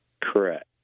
Correct